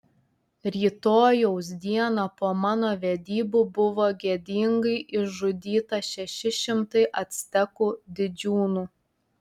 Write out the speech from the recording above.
rytojaus dieną po mano vedybų buvo gėdingai išžudyta šeši šimtai actekų didžiūnų